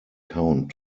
count